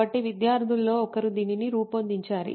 కాబట్టి విద్యార్థులలో ఒకరు దీనిని రూపొందించారు